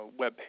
webpage